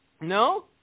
no